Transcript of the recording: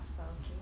err okay